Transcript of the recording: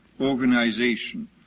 organization